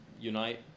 unite